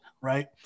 right